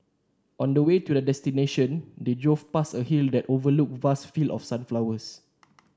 on the way to their destination they drove past a hill that overlooked vast fields of sunflowers